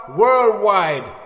worldwide